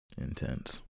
intense